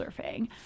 surfing